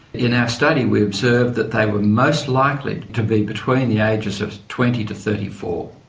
in our study we've observed that they were most likely to be between the ages of twenty to thirty four,